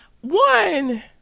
One